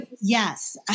yes